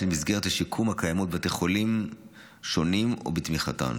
מסגרות השיקום הקיימות בבתי חולים שונים ובתמיכתן.